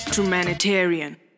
Humanitarian